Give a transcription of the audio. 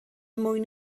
mwyn